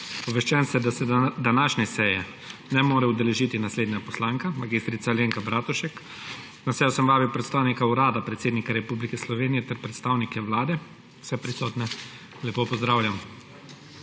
Obveščen sem, da se današnje seje ne more udeležiti poslanka mag. Alenka Bratušek. Na sejo sem vabil predstavnika Urada predsednika Republike Slovenije ter predstavnike Vlade. Vse prisotne lepo pozdravljam!